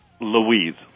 Louise